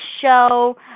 Show